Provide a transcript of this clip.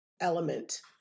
element